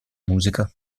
musica